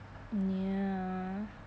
ya